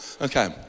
Okay